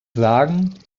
sagen